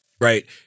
Right